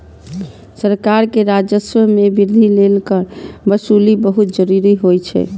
सरकार के राजस्व मे वृद्धि लेल कर वसूली बहुत जरूरी होइ छै